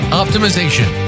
optimization